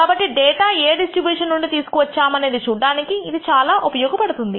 కాబట్టి డేటాను ఏ డిస్ట్రిబ్యూషన్ నుండి తీసుకు వచ్చాము అని చూడడానికి ఇది చాలా ఉపయోగపడుతుంది